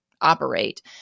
Operate